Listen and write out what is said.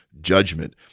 judgment